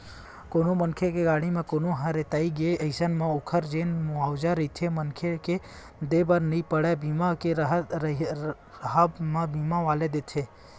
कोनो मनखे के गाड़ी म कोनो ह रेतागे अइसन म ओखर जेन मुवाजा रहिथे मनखे ल देय बर नइ परय बीमा के राहब म बीमा वाले देथे